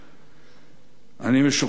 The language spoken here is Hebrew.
אני משוכנע שרובי ריבלין,